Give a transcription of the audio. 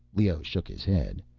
leoh shook his head.